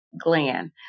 gland